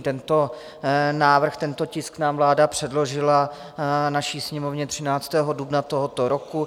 Tento návrh, tento tisk nám vláda předložila, naší Sněmovně, 13. dubna tohoto roku.